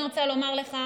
אני רוצה לומר לך,